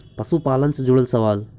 पशुपालन से जुड़ल सवाल?